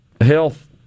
health